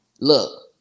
look